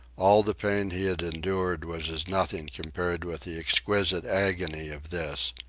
all the pain he had endured was as nothing compared with the exquisite agony of this.